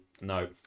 no